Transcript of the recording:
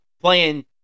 playing –